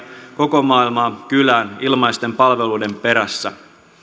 koko maailmaa kylään ilmaisten palveluiden perässä